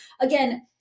again